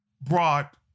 brought